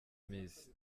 miss